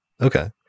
Okay